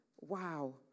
wow